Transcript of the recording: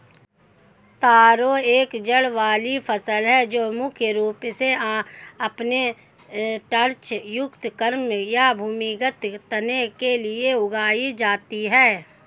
तारो एक जड़ वाली फसल है जो मुख्य रूप से अपने स्टार्च युक्त कॉर्म या भूमिगत तने के लिए उगाई जाती है